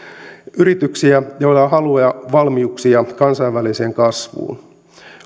yrityksiä joilla on halua ja valmiuksia kansainväliseen kasvuun